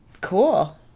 Cool